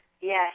Yes